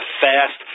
fast